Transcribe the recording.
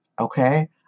okay